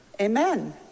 Amen